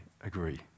agree